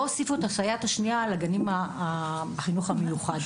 לא הוסיפו את הסייעת השנייה לחינוך המיוחד.